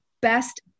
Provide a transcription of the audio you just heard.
best